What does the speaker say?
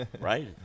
right